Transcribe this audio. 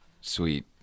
sweet